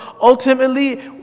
ultimately